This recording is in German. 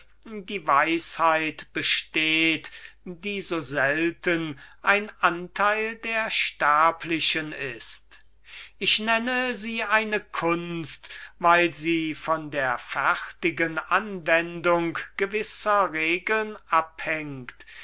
die weisheit besteht die so selten ein anteil der sterblichen ist ich nenne sie eine kunst weil sie von der fertigen anwendung gewisser regeln abhängt